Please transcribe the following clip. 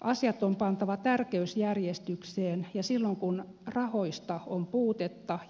asiat on pantava tärkeysjärjestykseen ja silloin kun rahoista